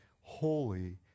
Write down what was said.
holy